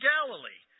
Galilee